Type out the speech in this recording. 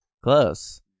Close